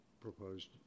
proposed